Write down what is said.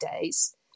days